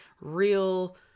real